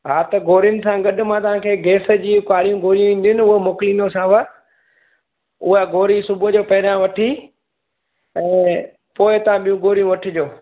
हा त गोरिनि सां गॾु मां तव्हांखे गैस जी कारियूं गोरियूं ईंदियूं न उहो मोकिलिंदोसांव उहा गोरी सुबुह जो पहिरियां वठी ऐं पोइ हीअ तव्हां बियूं गोरियूं वठिजो